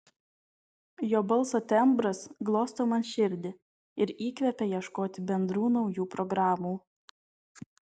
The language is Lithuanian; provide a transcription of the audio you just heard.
jo balso tembras glosto man širdį ir įkvepia ieškoti bendrų naujų programų